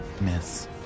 miss